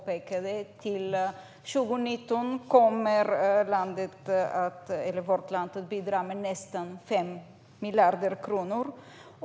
Fram till 2019 kommer vårt land att bidra med nästan 5 miljarder kronor.